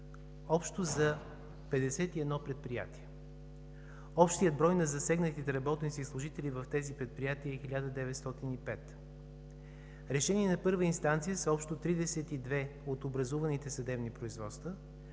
общо за 51 предприятия. Общият брой на засегнатите работници и служители в тези предприятия е 1905. С решения на първа инстанция са общо 32 от образуваните съдебни производства